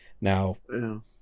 Now